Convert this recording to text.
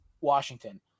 Washington